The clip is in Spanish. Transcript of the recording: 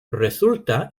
resulta